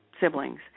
siblings